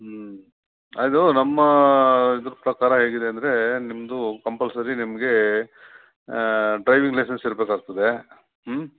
ಹ್ಞೂ ಅದು ನಮ್ಮ ಇದರ ಪ್ರಕಾರ ಹೇಗಿದೆ ಅಂದರೆ ನಿಮ್ಮದು ಕಂಪಲ್ಸರಿ ನಿಮಗೆ ಹಾಂ ಡ್ರೈವಿಂಗ್ ಲೈಸನ್ಸ್ ಇರಬೇಕಾಗ್ತದೆ ಹ್ಞೂ